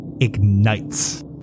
ignites